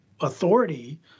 authority